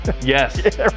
yes